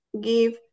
give